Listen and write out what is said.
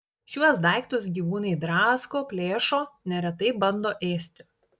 šiuos daiktus gyvūnai drasko plėšo neretai bando ėsti